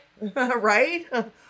Right